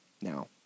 now